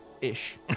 Ish